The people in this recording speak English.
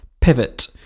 pivot